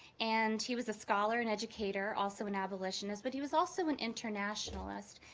and he was a scholar and educator, also an abolitionist, but he was also an internationalist,